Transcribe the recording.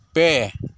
ᱯᱮ